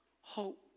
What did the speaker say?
hope